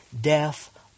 death